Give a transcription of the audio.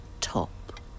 top